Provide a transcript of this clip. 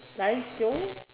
life skills